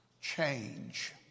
change